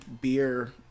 beer